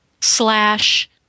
slash